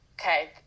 okay